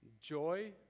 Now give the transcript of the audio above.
joy